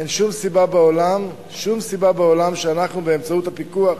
אין שום סיבה בעולם שאנחנו, באמצעות הפיקוח,